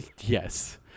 yes